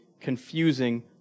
confusing